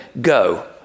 go